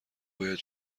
باید